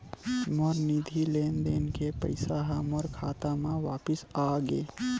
मोर निधि लेन देन के पैसा हा मोर खाता मा वापिस आ गे